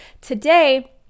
today